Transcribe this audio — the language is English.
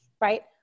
right